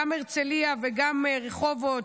גם הרצליה וגם רחובות.